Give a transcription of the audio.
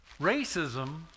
Racism